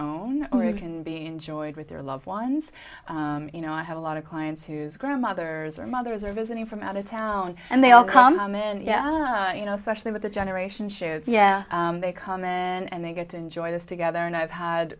you can be enjoyed with your loved ones you know i have a lot of clients whose grandmothers or mothers are visiting from out of town and they all come and yeah you know especially with the generation show yeah they come and they get to enjoy this together and i've had